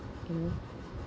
you know